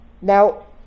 Now